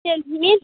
சரி மீன்